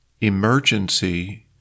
emergency